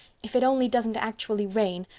if it only doesn't actually rain,